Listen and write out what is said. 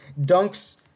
Dunks